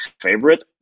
favorite